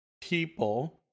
people